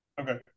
Okay